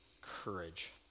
courage